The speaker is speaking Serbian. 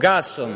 gasom